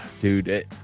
Dude